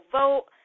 vote